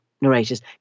narrators